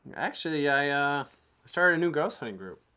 actually i started a new ghost hunting group.